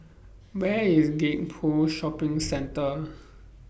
Where IS Gek Poh Shopping Centre